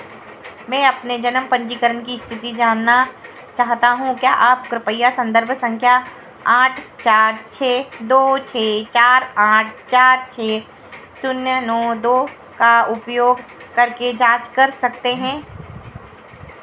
मैं अपने जन्म पंजीकरण की स्थिति जानना चाहता हूँ क्या आप कृपया संदर्भ संख्या आठ चार छः दो छः चार आठ चार छः शून्य नौ दो का उपयोग करके जाँच कर सकते हैं